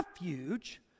refuge